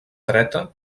dreta